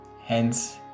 hence